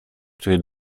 który